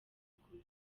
ukuri